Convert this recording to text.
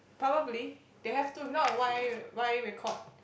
probably they have to if not why why record